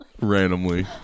Randomly